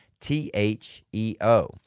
T-H-E-O